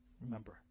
Remember